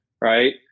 right